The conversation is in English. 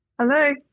Hello